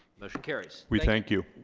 motion carries we thank you